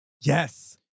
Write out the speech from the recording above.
Yes